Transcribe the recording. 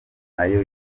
nayo